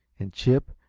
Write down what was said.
and chip,